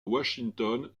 washington